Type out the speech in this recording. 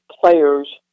players